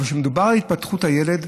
אבל כשמדובר על התפתחות הילד,